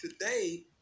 today